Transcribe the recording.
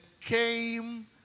came